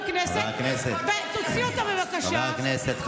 הצביעות הזאת חוגגת.